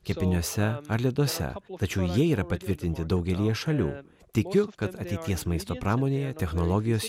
kepiniuose ar leduose tačiau jie yra patvirtinti daugelyje šalių tikiu kad ateities maisto pramonėje technologijos